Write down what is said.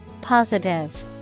Positive